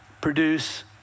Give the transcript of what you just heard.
produce